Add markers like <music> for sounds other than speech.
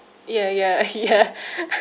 ya ya ya <laughs>